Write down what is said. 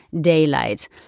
daylight